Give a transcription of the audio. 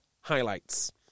highlights